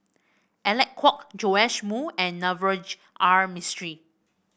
Alec Kuok Joash Moo and Navroji R Mistri